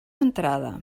entrada